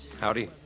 Howdy